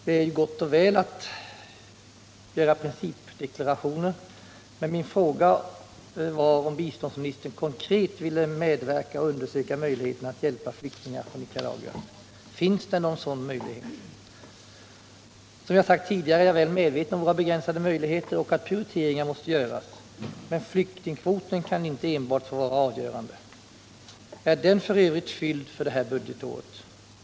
Det är gott och väl att göra principdeklarationer, men min fråga var om biståndsministern konkret ville undersöka möjligheterna att hjälpa flyktingar från Nicaragua. Finns det några sådana möjligheter? Jag har sagt att jag är väl medveten om våra begränsade möjligheter och att prioriteringar måste göras. Men flyktingkvoten kan inte enbart få vara avgörande. Är den f. ö. fylld för det här budgetåret?